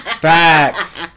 Facts